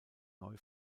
neu